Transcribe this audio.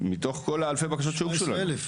מתוך כל אלפי הבקשות שהוגשו לנו.